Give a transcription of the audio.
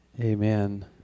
Amen